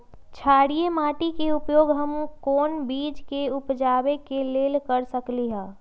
क्षारिये माटी के उपयोग हम कोन बीज के उपजाबे के लेल कर सकली ह?